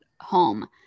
home